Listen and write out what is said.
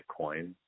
Bitcoin